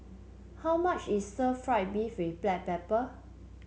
how much is stir fry beef with Black Pepper